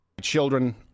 children